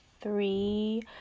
three